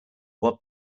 what